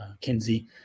Kinsey